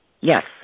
Yes